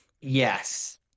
Yes